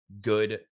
good